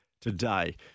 today